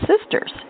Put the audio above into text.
sisters